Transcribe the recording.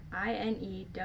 INEW